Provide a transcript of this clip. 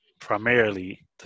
primarily